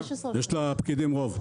15. לפקידים יש רוב.